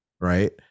right